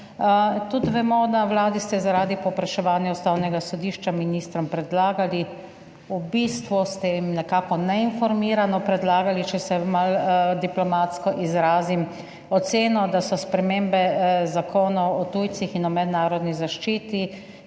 tudi, na Vladi ste zaradi povpraševanja Ustavnega sodišča ministrom predlagali, v bistvu ste jim nekako neinformirano predlagali, če se malo diplomatsko izrazim, oceno, da so spremembe Zakona o tujcih in Zakona o mednarodni zaščiti,